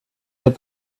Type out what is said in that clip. get